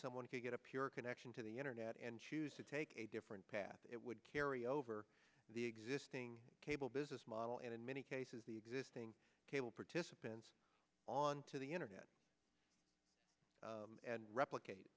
someone could get a pure connection to the internet and choose to take a different path it would carry over the existing cable business model and in many cases the existing cable participants on to the internet and replicate